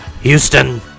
Houston